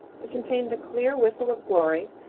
it contained the clear whistle of glory,